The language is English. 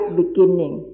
beginning